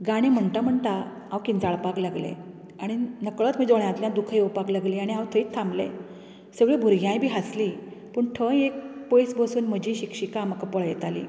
गाणें म्हणटा म्हणटा हांव किंचाळपाक लागलें आनी नकळत म्हजे दोळ्यांतल्यान दुकां येवपाक लागलीं आनी हांव थंयच थांबलें सगळीं भुरग्यांय बी हांसलीं पूण थंय एक पयस बसून म्हजी शिक्षिका म्हाका पळयताली